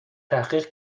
تحقیق